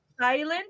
silent